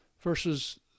versus